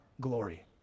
glory